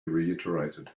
reiterated